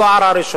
זו הערה ראשונה.